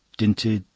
dinted,